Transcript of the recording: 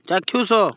ଚାକ୍ଷୁଷ